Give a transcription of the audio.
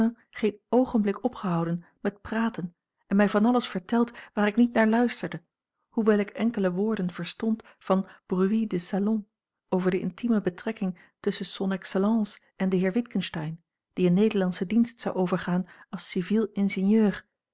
geen oogenblik opgehouden met praten en mij van alles verteld waar ik niet naar luisterde hoewel a l g bosboom-toussaint langs een omweg in enkele woorden verstond van bruits de salon over de intieme betrekking tusschen son excellence en den heer witgensteyn die in nederlandschen dienst zou overgaan als civiel ingenieur